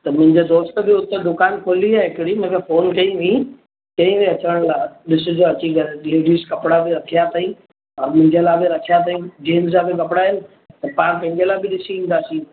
त मुंहिंजे दोस्त बि हुते दुकानु खोली आहे हिकड़ी हुनखे फोन कई हुई चई हुई अचण लाइ ॾिसजो अची करे लेडीस कपिड़ा बि रखिया तईं मुंहिंजे लाइ बि रखिया तईं जेंट्स जा बि कपिड़ा आहिनि त तव्हां पंहिंजे लाइ बि ॾिसी ईंदासीं